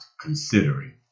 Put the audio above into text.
considering